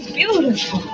beautiful